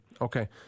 Okay